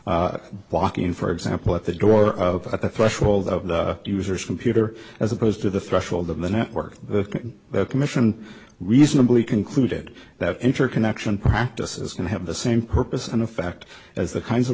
as walking for example at the door of a threshold of the user's computer as opposed to the threshold of the network the commission reasonably concluded that interconnection practice is going to have the same purpose and effect as the kinds of